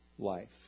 Life